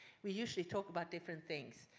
we usually talk about different things.